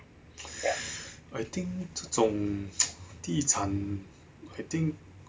I think 这种 地产